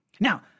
Now